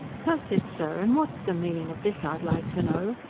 curse it, sir, and what's the meaning of this, i'd like to know?